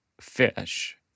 fish